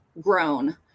grown